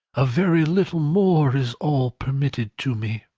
a very little more is all permitted to me.